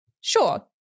sure